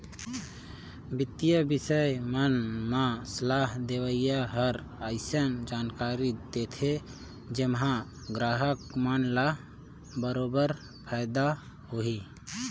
बित्तीय बिसय मन म सलाह देवइया हर अइसन जानकारी देथे जेम्हा गराहक मन ल बरोबर फायदा होही